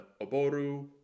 Oboru